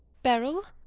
beryl.